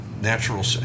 natural